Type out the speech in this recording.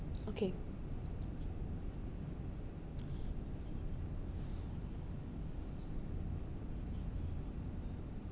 okay